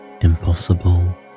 impossible